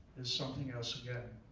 is something else again.